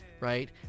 right